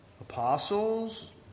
apostles